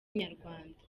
inyarwanda